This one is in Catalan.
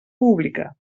pública